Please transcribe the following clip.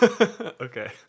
okay